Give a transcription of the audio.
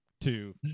two